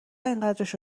اینقدرشو